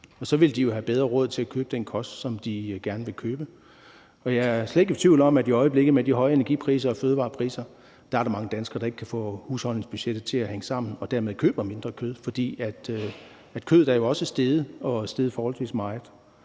og så vil de jo have bedre råd til at købe den kost, som de gerne vil købe. Jeg er slet ikke i tvivl om, at der i øjeblikket, med de høje energipriser og fødevarepriser, er mange danskere, der ikke kan få husholdningsbudgettet til at hænge sammen og dermed køber mindre kød, for kødet er jo også steget i pris og steget forholdsvis meget.